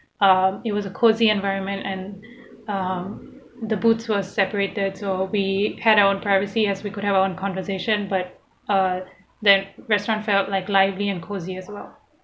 um it was a cozy environment and um the booths was separated so we had our own privacy as we could have own conversation but uh that restaurant felt like lively and cozy as well